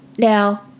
Now